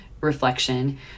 reflection